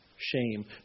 shame